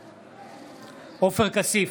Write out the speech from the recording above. בעד עופר כסיף,